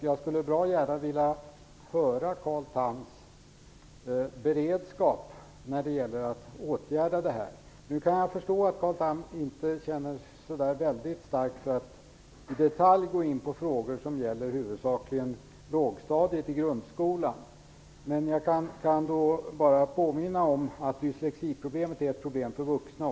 Jag skulle bra gärna vilja höra vilken beredskap Carl Tham har för att åtgärda detta. Jag kan förstå att Carl Tham inte känner så väldigt starkt för att i detalj gå in på frågor som gäller huvudsakligen lågstadiet i grundskolan. Men jag kan bara påminna om att problemet med dyslexi är ett problem också för vuxna.